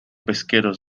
pesqueros